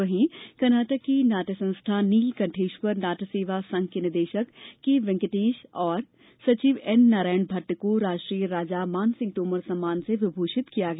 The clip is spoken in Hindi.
वहीं कर्नाटक की नाट्य संस्था नील कंठेश्वर नाट्य सेवा संघ के निदेशक के वेंकटेश एवं सचिव एन नारायण भट्ट को राष्ट्रीय राजा मानसिंह तोमर सम्मान से विभूषित किया गया